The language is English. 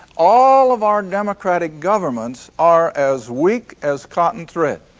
all of our democratic governments are as weak as cotton thread.